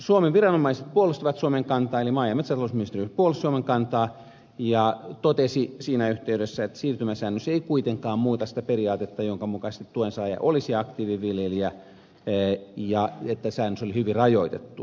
suomen viranomaiset puolustivat suomen kantaa eli maa ja metsätalousministeriö puolusti suomen kantaa ja totesi siinä yhteydessä että siirtymäsäännös ei kuitenkaan muuta sitä periaatetta jonka mukaisesti tuensaaja olisi aktiiviviljelijä ja että säännös oli hyvin rajoitettu